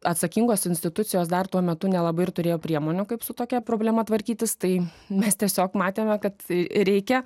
atsakingos institucijos dar tuo metu nelabai ir turėjo priemonių kaip su tokia problema tvarkytis tai mes tiesiog matėme kad reikia